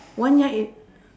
one Yard is